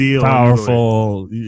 powerful